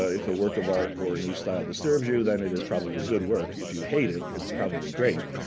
ah if a work of art or a new style disturbs you, then it is probably good work. if you hate it, it's probably great.